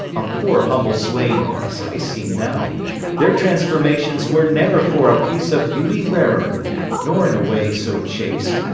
a poor humble swain, as i seem now their transformations were never for a piece of beauty rarer nor in a way so chaste,